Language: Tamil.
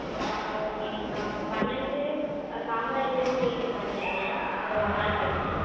ஆ அப்போ ஓகேங்கக்கா அப்போ பன்னிரெண்டு காமராஜர் ஸ்டீரிட்டுக்கு வந்துருங்கள் ஒரு ஒன் அவர் கழித்து